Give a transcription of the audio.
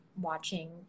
watching